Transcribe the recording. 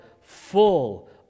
full